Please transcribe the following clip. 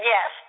Yes